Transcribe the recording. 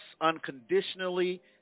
unconditionally